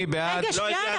רגע.